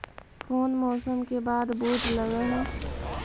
कोन मौसम के बाद बुट लग है?